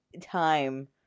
time